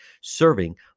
serving